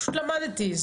פשוט למדתי,